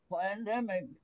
pandemic